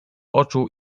oczu